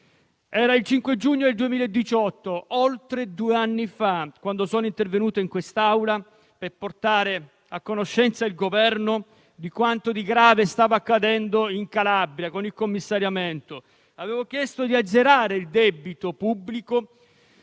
Era il 5 giugno del 2018, oltre due anni fa, quando sono intervenuto in quest'Aula per portare a conoscenza il Governo di quanto di grave stava accadendo in Calabria con il commissariamento. Avevo chiesto di azzerare il debito pubblico